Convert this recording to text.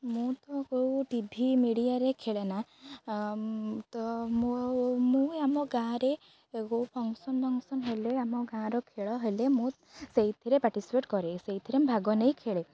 ମୁଁ ତ କେଉଁ ଟି ଭି ମିଡ଼ିଆରେ ଖେଳେ ନା ତ ମୁଁ ଆଉ ମୁଁ ଏ ଆମ ଗାଁରେ କେଉଁ ଫଙ୍କସନ ହେଲେ ଆମ ଗାଁର ଖେଳ ହେଲେ ମୁଁ ସେଇଥିରେ ପାର୍ଟିସିପେଟ କରେ ସେଇଥିରେ ମୁଁ ଭାଗ ନେଇ ଖେଳେ